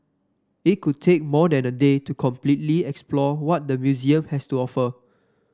it could take more than a day to completely explore what the museum has to offer